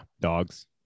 Dogs